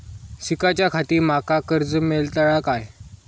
शिकाच्याखाती माका कर्ज मेलतळा काय?